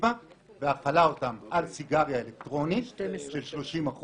הדירקטיבה והחלה אותם על סיגריה אלקטרונית של 30%,